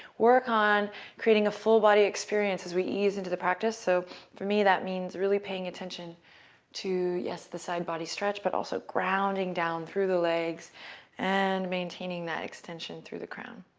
work on creating a full body experience as we ease into the practice. so for me, that means really paying attention to, yes, the side body stretch, but also grounding down through the legs and maintaining that extension through the crown.